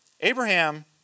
Abraham